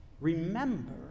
Remember